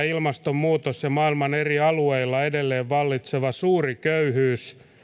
ilmastonmuutos ja maailman eri alueilla edelleen vallitseva suuri köyhyys